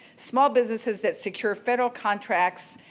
small businesses that secure federal contracts.